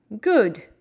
Good